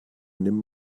nimm